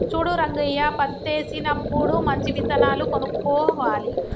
చూడు రంగయ్య పత్తేసినప్పుడు మంచి విత్తనాలు కొనుక్కోవాలి